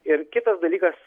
ir kitas dalykas